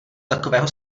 takového